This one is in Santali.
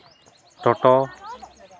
ᱴᱚᱴᱚ